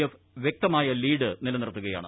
F ഡ്യൂക്ക്ത്മായ lead നിലനിർത്തുകയാണ്